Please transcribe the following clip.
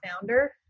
founder